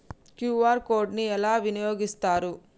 QR code ని ఎలా వినియోగిస్తారు?